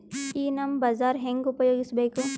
ಈ ನಮ್ ಬಜಾರ ಹೆಂಗ ಉಪಯೋಗಿಸಬೇಕು?